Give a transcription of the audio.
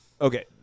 Okay